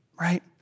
right